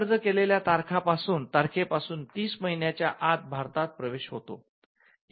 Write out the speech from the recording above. अर्ज केलेल्या तारखेपासून ३० महिन्यांच्या आत भारतात प्रवेश होतो